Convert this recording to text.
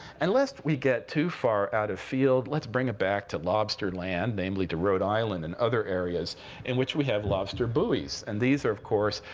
and lest we get too far out of field, let's bring it back to lobster land, namely to rhode island and other areas in which we have lobster buoys. and these are, of course,